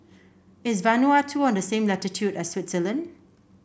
is Vanuatu on the same latitude as Switzerland